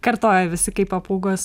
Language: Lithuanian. kartoja visi kaip papūgos